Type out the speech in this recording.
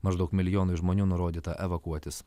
maždaug milijonui žmonių nurodyta evakuotis